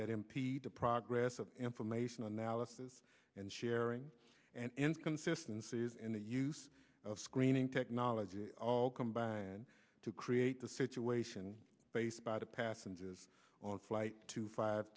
that impede the progress of information analysis and sharing and consistencies in the use of screening technology all combine to create the situation faced by the passengers on flight two five